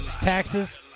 taxes